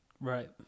right